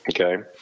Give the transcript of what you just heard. Okay